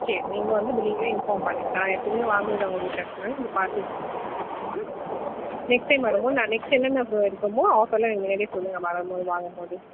சரி நீங்கள் வந்து பில்லிங்கில் இன்ஃபார்ம் பண்ணுங்கள் நான் எப்பவுமே வாங்கிறது உங்கக்கிட்ட அதனால நீங்கள் பார்த்து இது பண்ணுங்க சரிங்களா நெக்ஸ்ட் டைம் வரும் போது நான் நெக்ஸ்ட் என்னென்ன நம்ம இருக்கமோ ஆஃபரில் நீங்கள் முன்னடியே சொல்லுங்கள் வரும் போது வாங்கும் போது